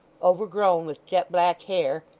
overgrown with jet black hair,